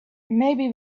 maybe